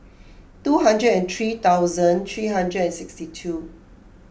two hundred and three thousand three hundred and sixty two